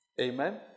Amen